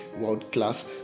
world-class